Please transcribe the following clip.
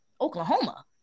Oklahoma